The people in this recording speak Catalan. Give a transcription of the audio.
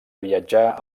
viatjar